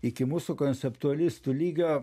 iki mūsų konceptualistų lygio